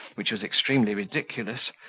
which was extremely ridiculous,